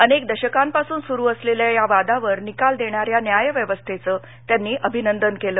अनेक दशकांपासून सुरू असलेल्या या वादावर निकाल देणाऱ्या न्यायव्यवस्थेचं त्यांनी अभिनंदन केलं